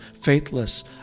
faithless